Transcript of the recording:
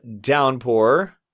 Downpour